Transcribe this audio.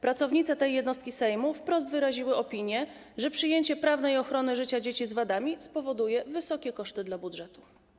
Pracownice tej jednostki Sejmu wprost wyraziły opinię, że przyjęcie prawnej ochrony życia dzieci z wadami spowoduje wysokie koszty dla budżetu.